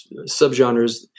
subgenres